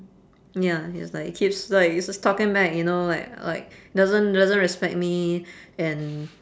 ya it's like keeps like it's just talking back you know like like doesn't doesn't respect me and